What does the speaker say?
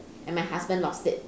and my husband lost it